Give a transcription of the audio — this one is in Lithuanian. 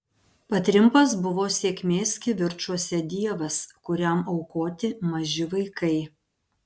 patrimpas buvo sėkmės kivirčuose dievas kuriam aukoti maži vaikai